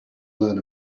learn